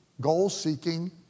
goal-seeking